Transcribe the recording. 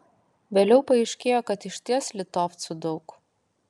vėliau paaiškėjo kad išties litovcų daug